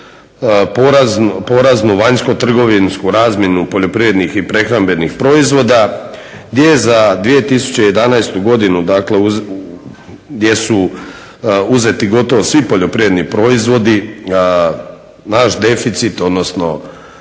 Poraznu vanjsko-trgovinsku razmjenu poljoprivrednih i prehrambenih proizvoda gdje je za 2011. godinu, gdje su uzeti gotovo svi poljoprivredni proizvodi. Naš deficit odnosno